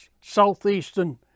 southeastern